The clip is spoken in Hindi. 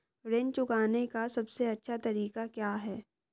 ऋण चुकाने का सबसे अच्छा तरीका क्या है?